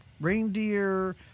Reindeer